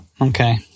okay